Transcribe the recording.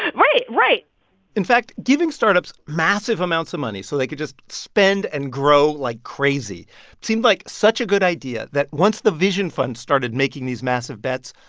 and right, right in fact, giving startups massive amounts of money so they could just spend and grow like crazy seemed like such a good idea that once the vision fund started making these massive bets,